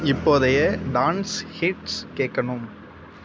இப்போதைய dance hits கேட்கணும்